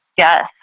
Yes